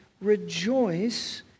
Rejoice